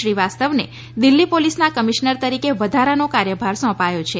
શ્રીવાસ્તવને દિલ્હી પોલીસના કમિશનર તરીકે વધારાનો કાર્યભાર સોંપાયો છે